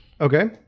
Okay